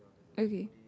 okay